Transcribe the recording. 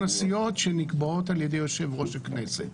הסיעות שנקבעות על ידי יושב-ראש הכנסת.